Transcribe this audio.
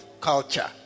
culture